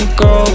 go